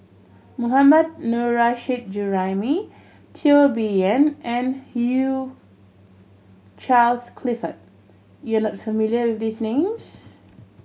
Mohammad Nurrasyid Juraimi Teo Bee Yen and Hugh Charles Clifford you are not familiar with these names